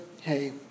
hey